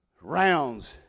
rounds